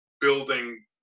building